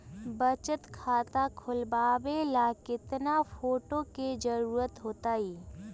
बचत खाता खोलबाबे ला केतना फोटो के जरूरत होतई?